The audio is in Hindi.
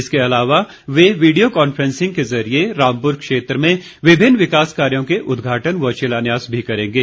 इसके अलावा वे वीडियो कांफ्रेंसिंग के जरिए रामपुर क्षेत्र में विभिन्न विकास कार्यो के उद्घाटन व शिलान्यास करेंगे